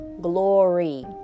glory